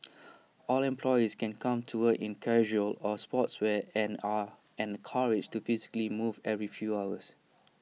all employees can come to work in casual or sportswear and are encouraged to physically move every few hours